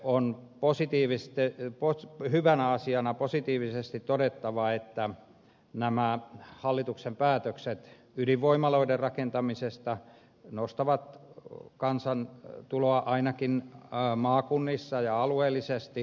on hyvänä asiana positiivisesti todettava että nämä hallituksen päätökset ydinvoimaloiden rakentamisesta nostavat kansantuloa ainakin maakunnissa ja alueellisesti